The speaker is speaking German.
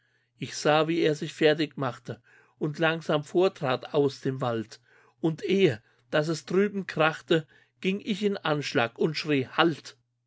ich sah wie er sich fertig machte und langsam vortrat aus dem wald und ehe daß es drüben krachte ging ich in anschlag und schrie halt